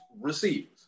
receivers